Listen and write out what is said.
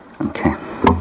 Okay